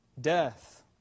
death